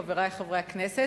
חברי חברי הכנסת,